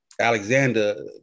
Alexander